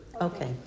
Okay